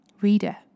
Reader